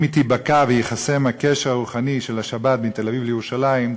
אם היא תיבקע וייחסם הקשר הרוחני של השבת מתל-אביב לירושלים,